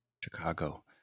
Chicago